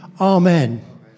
amen